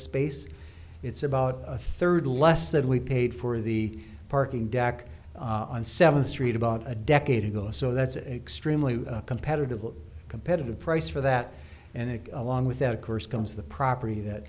space it's about a third less than we paid for the parking deck on seventh street about a decade ago so that's a stream competitively competitive price for that and it along with that of course comes the property that